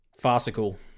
farcical